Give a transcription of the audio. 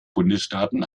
bundesstaaten